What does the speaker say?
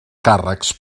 càrrecs